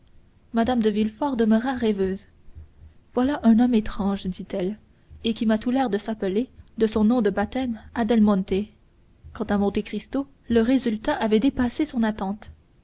mme de villefort demeura rêveuse voilà un homme étrange dit-elle et qui m'a tout l'air de s'appeler de son nom de baptême adelmonte quant à monte cristo le résultat avait dépassé son attente